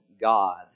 God